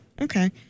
Okay